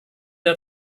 der